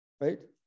right